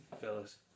fellas